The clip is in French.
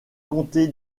comté